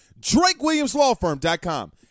DrakeWilliamsLawFirm.com